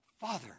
Father